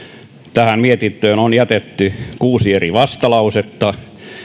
tähän mietintöön on jätetty kuusi eri vastalausetta